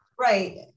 Right